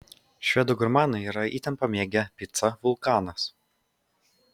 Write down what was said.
švedų gurmanai yra itin pamėgę picą vulkanas